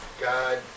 God